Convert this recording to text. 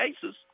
cases